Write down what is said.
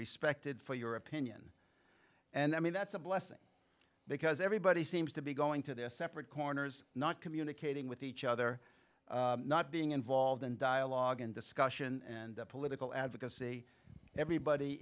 respected for your opinion and i mean that's a blessing because everybody seems to be going to their separate corners not communicating with each other not being involved in dialogue and discussion and political advocacy everybody